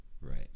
Right